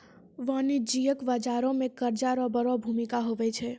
वाणिज्यिक बाजार मे कर्जा रो बड़ो भूमिका हुवै छै